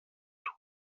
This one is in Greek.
του